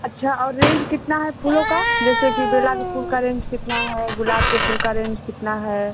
अच्छा और रेंज कितना है फूलों का जैसे कि बेला के फूल का रेंज कितना है गुलाब के फूल का रेंज कितना है